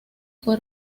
fue